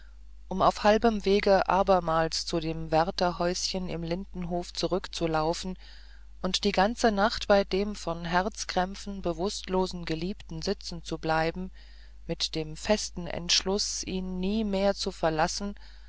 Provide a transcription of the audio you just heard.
um auf halbem wege abermals zu dem wärterhäuschen im lindenhof zurückzulaufen und die ganze nacht bei dem vor herzkrämpfen bewußtlosen geliebten zu sitzen mit dem festen entschluß ihn nie mehr zu verlassen